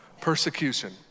Persecution